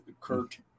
Kurt